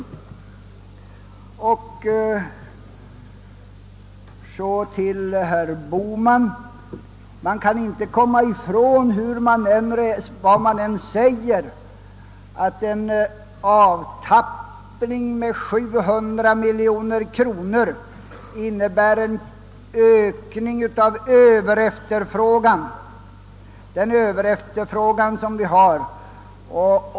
Till herr Bohman vill jag framhålla att man inte — vilka skäl man än anför — kan komma från att en avtappning av skatterna med 700 miljoner kronor innebär en ökning av den inflationsdrivande överefterfrågan som vi har.